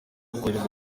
kohereza